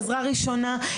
עזרה ראשונה,